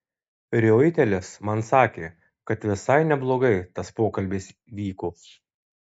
riuitelis man sakė kad visai neblogai tas pokalbis vyko